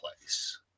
place